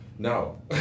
No